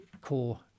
core